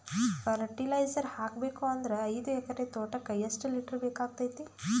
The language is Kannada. ಫರಟಿಲೈಜರ ಹಾಕಬೇಕು ಅಂದ್ರ ಐದು ಎಕರೆ ತೋಟಕ ಎಷ್ಟ ಲೀಟರ್ ಬೇಕಾಗತೈತಿ?